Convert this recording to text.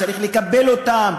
צריך לקבל אותם,